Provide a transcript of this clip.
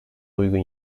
uygun